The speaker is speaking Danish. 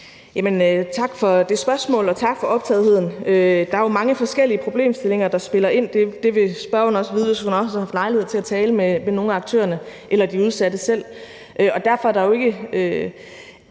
tak for det spørgsmål, og tak for optagetheden. Der er jo mange forskellige problemstillinger, der spiller ind – det ville spørgeren også vide, hvis hun havde haft lejlighed til at tale med nogle af aktørerne eller med de udsatte selv.